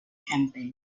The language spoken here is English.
camping